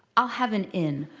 i'll have an in.